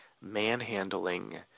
manhandling